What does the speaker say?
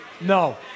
No